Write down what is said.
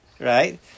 right